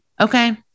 Okay